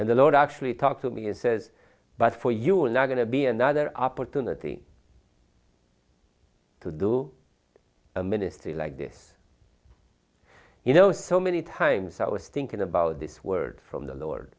and the lord actually talked to me and says but for you're not going to be another opportunity to do a ministry like this you know so many times i was thinking about this word from the lord